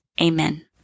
amen